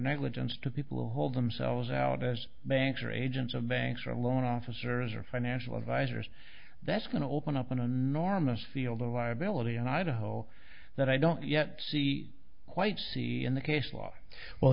negligence to people who hold themselves out as banks or agents of banks or loan officers or financial advisors that's going to open up an unarmed us field a liability and idaho that i don't yet see quite see in the case law well